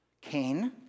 Cain